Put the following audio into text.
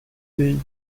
pays